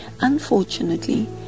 Unfortunately